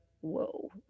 Whoa